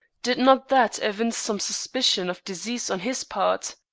did not that evince some suspicion of disease on his part?